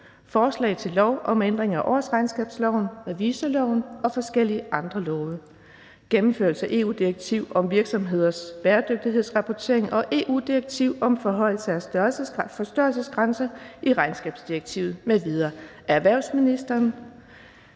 Forslag til lov om ændring af årsregnskabsloven, revisorloven og forskellige andre love. (Gennemførelse af EU-direktiv om virksomheders bæredygtighedsrapportering og EU-direktiv om forhøjelse af størrelsesgrænser i regnskabsdirektivet m.v.). Af erhvervsministeren